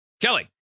Kelly